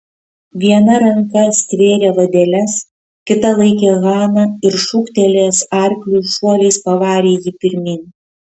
viena ranka stvėrė vadeles kita laikė haną ir šūktelėjęs arkliui šuoliais pavarė jį pirmyn